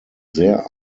sehr